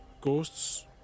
ghosts